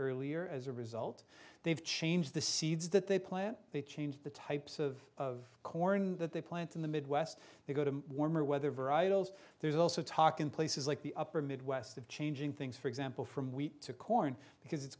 earlier as a result they've changed the seeds that they plant they change the types of of corn that they plant in the midwest they go to warmer weather varietals there's also talk in places like the upper midwest of changing things for example from wheat to corn because it's